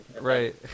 right